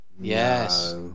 Yes